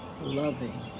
loving